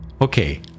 Okay